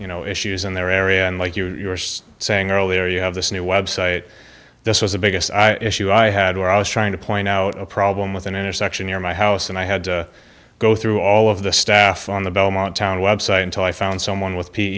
you know issues in their area and like you're saying earlier you have this new website this was the biggest issue i had where i was trying to point out a problem with an intersection near my house and i had to go through all of the staff on the belmont town website until i found someone with p